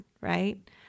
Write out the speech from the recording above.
right